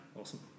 awesome